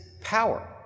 power